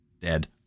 Dead